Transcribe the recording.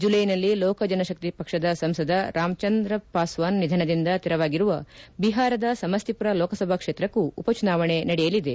ಜುಲೈನಲ್ಲಿ ಲೋಕಜನ ಶಕ್ತಿ ಪಕ್ಷದ ಸಂಸದ ರಾಮ್ ಚಂದ್ರ ಪಾಸ್ವಾನ್ ನಿಧನದಿಂದ ತೆರವಾಗಿರುವ ಬಿಹಾರದ ಸಮಸ್ತಿಪುರ ಲೋಕಸಭಾ ಕ್ಷೇತ್ರಕ್ಕೂ ಉಪಚುನಾವಣೆ ನಡೆಯಲಿದೆ